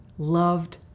loved